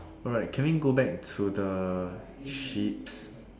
alright can we go back to the sheep